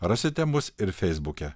rasite mus ir feisbuke